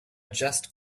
just